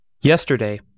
Yesterday